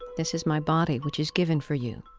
this is my body which is given for you.